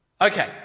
Okay